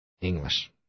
English